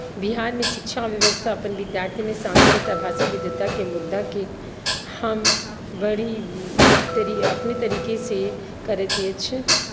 बिहारमे शिक्षा व्यवस्था अपन विद्यार्थीमे सांस्कृतिक आ भाषीय विद्व्ताके मुद्दाकेँ हम बड़ी बड़ी अपने तरीकेसँ करैत अछि